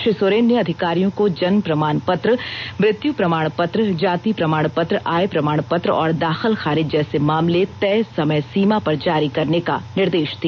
श्री सोरेन ने अधिकारियों को जन्म प्रमाण पत्र मृत्यु प्रमाण पत्र जाति प्रमाण पत्र आय प्रमाण पत्र और दाखिल खारिज जैसे मामले तय समय सीमा पर जारी करने का निर्देश दिया